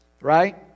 Right